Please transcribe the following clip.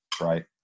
right